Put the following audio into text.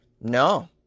No